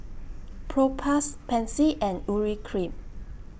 Propass Pansy and Urea Cream